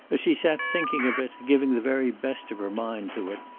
as she sat thinking of it, giving the very best of her mind to it,